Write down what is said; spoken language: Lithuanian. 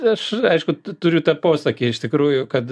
aš aišku turiu tą posakį iš tikrųjų kad